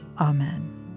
Amen